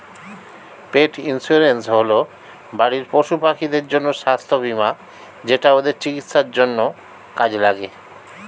পেট insurance হল বাড়ির পশুপাখিদের জন্য স্বাস্থ্য বীমা যেটা ওদের চিকিৎসার জন্য কাজে লাগে